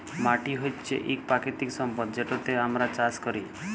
মাটি হছে ইক পাকিতিক সম্পদ যেটতে আমরা চাষ ক্যরি